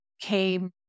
came